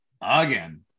again